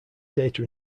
data